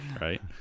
right